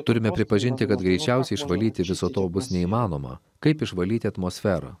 turime pripažinti kad greičiausiai išvalyti viso to bus neįmanoma kaip išvalyti atmosferą